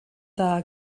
dda